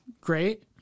great